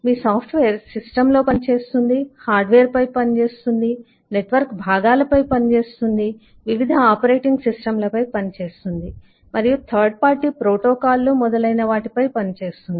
మీ software సిస్టమ్లో పనిచేస్తుంది హార్డ్వేర్పై పనిచేస్తుంది నెట్వర్క్ భాగాలపై పనిచేస్తుంది వివిధ ఆపరేటింగ్ సిస్టమ్లపై పనిచేస్తుంది మరియు థర్డ్ పార్టీ ప్రోటోకాల్లు మొదలైన వాటిపై పనిచేస్తుంది